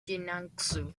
jiangsu